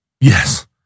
Yes